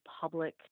public